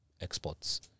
exports